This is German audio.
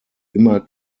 immer